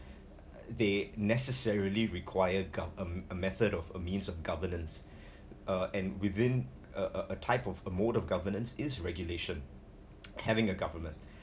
they necessarily require gov~ a a method of a means of governance uh and within a a type of a mode of governance is regulation having a government